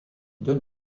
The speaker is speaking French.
donne